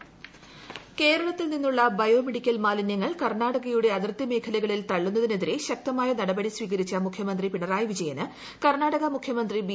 യെദ്യൂരപ്പ പിണറായി വിജയൻ കേരളത്തിൽ നിന്നുള്ള biomedical മാലിന്യങ്ങൾ കർണാടകയുടെ അതിർത്തി മേഖലകളിൽ തള്ളുന്നതിനെതിരെ ശക്തമായ നടപടി സ്വീകരിച്ചു മുഖ്യമന്ത്രി പിണറായി വിജയന് കർണാടക മുഖ്യമന്ത്രി ബി